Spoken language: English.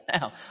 Now